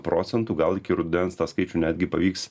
procentų gal iki rudens tą skaičių netgi pavyks